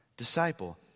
disciple